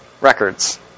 records